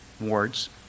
wards